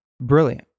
brilliant